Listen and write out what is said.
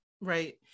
Right